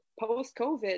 post-COVID